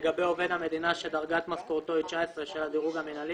לגבי עובד המדינה שדרגת משכורתו היא 19 של הדירוג המינהלי